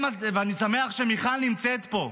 אני שמח שמיכל נמצאת פה,